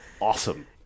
awesome